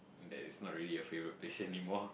that is not really a favourite place anymore